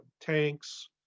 Tanks